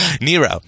Nero